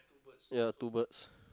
ya two birds